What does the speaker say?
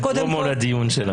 את עושה פרומו לדיון.